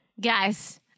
Guys